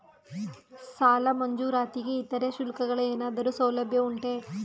ಸಾಲದ ಮಂಜೂರಾತಿಗೆ ಇತರೆ ಶುಲ್ಕಗಳ ಏನಾದರೂ ಸೌಲಭ್ಯ ಉಂಟೆ?